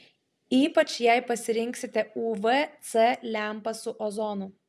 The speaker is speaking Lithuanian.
ypač jei pasirinksite uv c lempą su ozonu